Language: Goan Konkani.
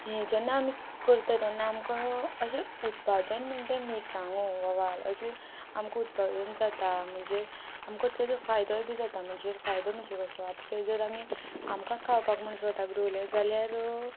हें जेन्ना आमी करता तेन्ना आमकां अशें उत्पादन म्हण टें मिरसांगो वा वाल अशें आमकां उत्पादन जाता म्हणजेर आमकां तेजो फायदोय बी जाता म्हणजेर फायदो म्हणजे कसो आतां तेजेर आमी आमकांच खावपाक म्हण स्वताक दवरलें जाल्यार